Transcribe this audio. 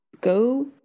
Go